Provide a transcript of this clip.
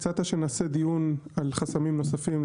הצעת שנעשה דיון על חסמים נוספים,